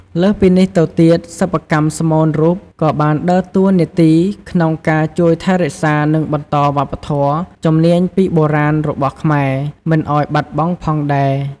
លើសពីនេះទៅទៀតសិប្បកម្មស្មូនរូបក៏បានដើរតួនាទីក្នុងការជួយថែរក្សានិងបន្តវប្បធម៌ ជំនាញពីបុរាណរបស់ខ្មែរមិនឲ្យបាត់បង់ផងដែរ។